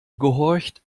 gehorcht